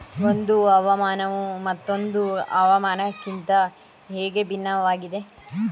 ಒಂದು ಹವಾಮಾನವು ಮತ್ತೊಂದು ಹವಾಮಾನಕಿಂತ ಹೇಗೆ ಭಿನ್ನವಾಗಿದೆ?